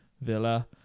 Villa